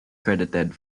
credited